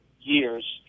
years